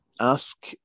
ask